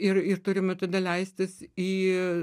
ir ir turime tada leistis į